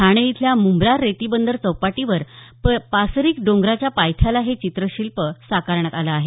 ठाणे इथल्या मुंब्रा रेतीबंदर चौपाटीवर पारसिक डोंगराच्या पायथ्याला हे चित्र शिल्प साकारण्यात आलं आहे